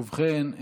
ובכן,